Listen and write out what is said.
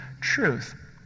truth